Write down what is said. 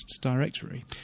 directory